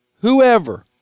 whoever